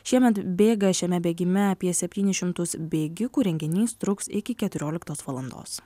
šiemet bėga šiame bėgime apie septynis šimtus bėgikų renginys truks iki keturioliktos valandos